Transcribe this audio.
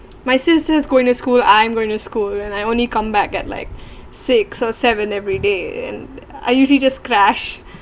my sister's going to school I'm going to school and I only come back at like six or seven every day and I usually just clash